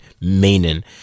meaning